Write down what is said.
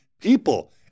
people